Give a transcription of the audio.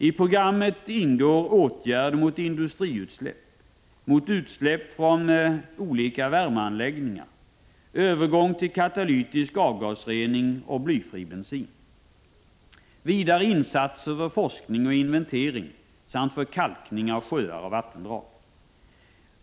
I programmet ingår åtgärder mot industriutsläpp, mot utsläpp från olika värmeanläggningar, övergång till katalytisk avgasrening och blyfri bensin. Vidare insatser för forskning och inventering samt för kalkning av sjöar och vattendrag.